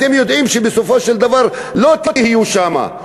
אתם יודעים שבסופו של דבר לא תהיו שם,